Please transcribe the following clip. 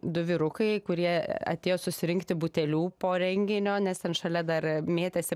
du vyrukai kurie atėjo susirinkti butelių po renginio nes ten šalia dar mėtėsi